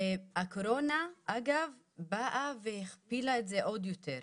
והקורונה, אגב, באה והכפילה את זה עוד יותר.